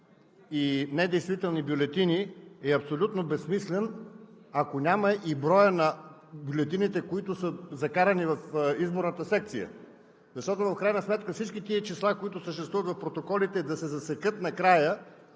и недействителни бюлетини е абсолютно безсмислен, ако няма и броя на бюлетините, които са закарани в изборната секция. Защото в крайна сметка всички тези числа, които съществуват в протоколите, са за да се засекат накрая,